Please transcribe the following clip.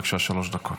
בבקשה, שלוש דקות.